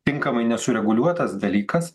tinkamai nesureguliuotas dalykas